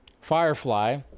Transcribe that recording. Firefly